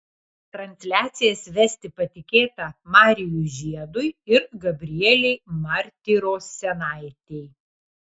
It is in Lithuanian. transliacijas vesti patikėta marijui žiedui ir gabrielei martirosianaitei